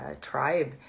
tribe